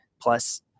plus